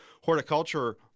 horticulture